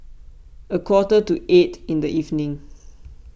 a quarter to eight in the evening